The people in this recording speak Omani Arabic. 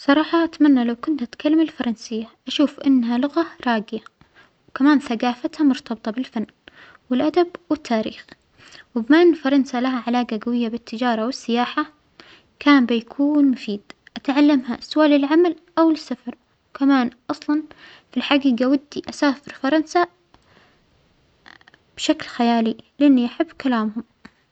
صراحة أتمنى لو كنت أتكلم الفرنسية، بشوف أنها لغة راجية وكمان ثجافتها مرتبطة بالفن والأدب والتاريخ، وبما أن فرنسا لها علاجة جوية بالتجارة والسياحة كان بيكون مفيد أتعلمها سواء للعمل أو للسفر، وكمان أصلا في الحجيجة ودى أسافر فرنسا بشكل خيالي لأنى أحب كلامهم.